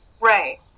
Right